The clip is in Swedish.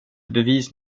bevis